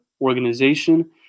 organization